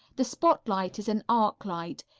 the spotlight is an arc light.